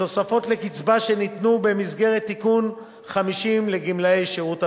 לתוספות לקצבה שניתנו במסגרת תיקון 50 לגמלאי שירות המדינה,